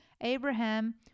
Abraham